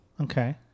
Okay